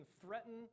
threaten